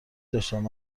داشتند